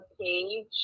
page